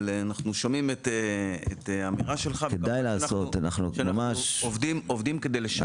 אבל אנחנו שומעים את האמירה שלך ואנחנו עובדים כדי לשפר.